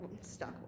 stuck